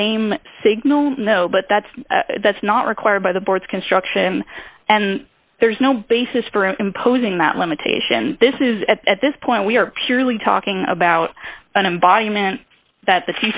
same signal no but that's that's not required by the board's construction and there's no basis for imposing that limitation this is at this point we are purely talking about an embodiment that the